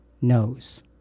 knows